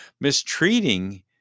mistreating